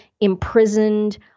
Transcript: imprisoned